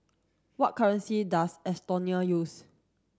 what currency does Estonia use